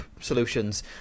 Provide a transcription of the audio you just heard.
solutions